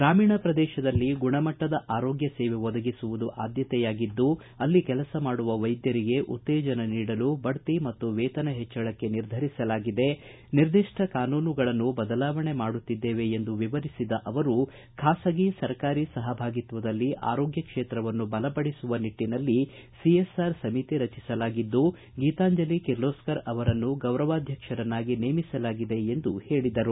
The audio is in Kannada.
ಗ್ರಾಮೀಣ ಪ್ರದೇಶದಲ್ಲಿ ಗುಣಮಟ್ಟದ ಆರೋಗ್ಯ ಸೇವೆ ಒದಗಿಸುವುದು ಆದ್ದತೆಯಾಗಿದ್ದು ಅಲ್ಲಿ ಕೆಲಸ ಮಾಡುವ ವೈದ್ದರಿಗೆ ಉತ್ತೇಜನ ನೀಡಲು ಬಡ್ತಿ ಮತ್ತು ವೇತನ ಹೆಚ್ಚಳಕ್ಕೆ ನಿರ್ಧರಿಸಲಾಗಿದೆ ನಿರ್ದಿಷ್ಠ ಕಾನೂನುಗಳನ್ನು ಬದಲಾವಣೆ ಮಾಡುತ್ತಿದ್ದೇವೆ ಎಂದು ವಿವರಿಸಿದ ಅವರು ಖಾಸಗಿ ಸರಕಾರಿ ಸಹಭಾಗಿತ್ವದಲ್ಲಿ ಆರೋಗ್ಲಕ್ಷೇತ್ರವನ್ನು ಬಲಪಡಿಸುವ ನಿಟ್ಟನಲ್ಲಿ ಸಿಎಸ್ಆರ್ ಸಮಿತಿ ರಚಿಸಲಾಗಿದ್ದು ಗೀತಾಂಜಲಿ ಕಿರ್ಲೋಸ್ಕರ್ ಅವರನ್ನು ಗೌರವಾಧ್ಯಕ್ಷರನ್ನಾಗಿ ನೇಮಿಸಲಾಗಿದೆ ಎಂದು ಹೇಳಿದ್ದಾರೆ